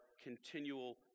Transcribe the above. continual